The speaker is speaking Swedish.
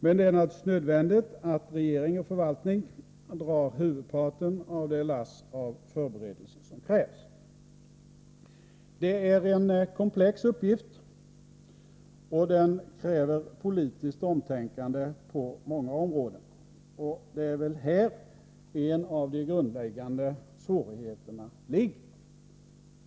Men det är naturligtvis nödvändigt att regering och förvaltning drar huvudparten av det lass av förberedelser som krävs. Detta är en komplex uppgift, och den kräver politiskt omtänkande på många områden. Och det är väl här en av de grundläggande svårigheterna ligger.